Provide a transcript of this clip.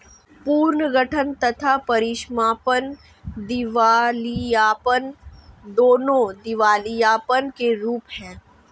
पुनर्गठन तथा परीसमापन दिवालियापन, दोनों दिवालियापन के रूप हैं